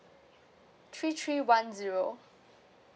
three three one zero